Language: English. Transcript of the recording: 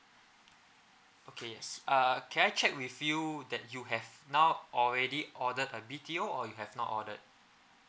okay uh can I check with you that you have now already ordered a B_T_O or you have not ordered